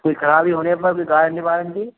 कोई खराबी होने पर कोई गारंटी वारंटी